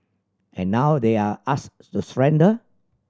and now they're asked to surrender